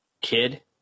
kid